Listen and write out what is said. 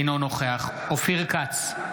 אינו נוכח אופיר כץ,